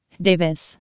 davis